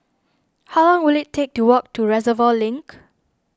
how long will it take to walk to Reservoir Link